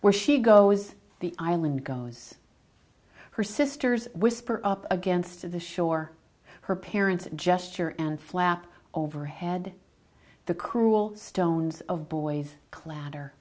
where she goes the island goes her sisters whisper up against of the shore her parents gesture and flap overhead the cruel stones of boys cl